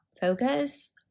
focus